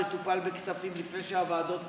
מטופל בכספים לפני שהוועדות קמו.